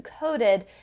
encoded